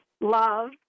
love